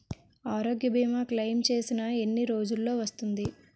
ఆరోగ్య భీమా క్లైమ్ చేసిన ఎన్ని రోజ్జులో వస్తుంది?